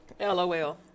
LOL